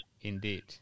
Indeed